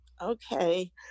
okay